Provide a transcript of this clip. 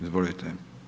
Izvolite.